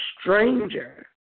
stranger